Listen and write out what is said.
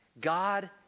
God